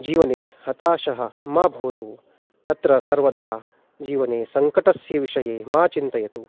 जीवने हताशः मा भवतु तत्र सर्वदा जीवने सङ्कटस्य विषये मा चिन्तयतु